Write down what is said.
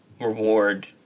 reward